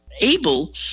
able